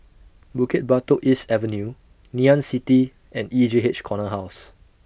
Bukit Batok East Avenue Ngee Ann City and E J H Corner House